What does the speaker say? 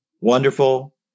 wonderful